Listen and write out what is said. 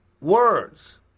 Words